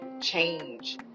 change